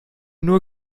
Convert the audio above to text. nur